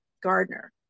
gardner